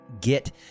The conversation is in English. get